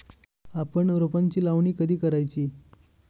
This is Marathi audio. आपण रोपांची लावणी कधी करायची?